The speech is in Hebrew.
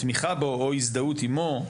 תמיכה בו או הזדהות עימו,